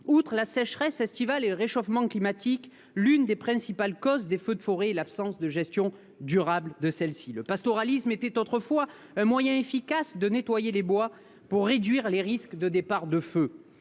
outre la sécheresse estivale et le réchauffement climatique, l'une des principales causes des feux est l'absence de gestion durable des forêts. Le pastoralisme était autrefois un moyen efficace pour nettoyer les bois et réduire les risques de départ de feu.